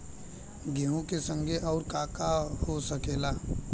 गेहूँ के संगे आऊर का का हो सकेला?